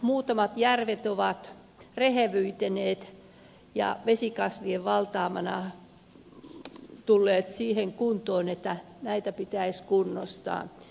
muutamat järvet ovat rehevöityneet ja vesikasvien valtaamana tulleet siihen kuntoon että näitä pitäisi kunnostaa